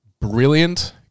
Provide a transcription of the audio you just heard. brilliant